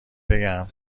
بگم